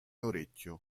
orecchio